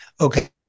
Okay